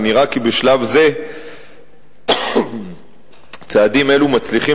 ונראה כי בשלב זה צעדים אלו מצליחים